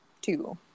Two